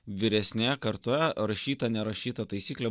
vyresnėje kartoje rašyta nerašyta taisyklė